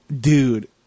dude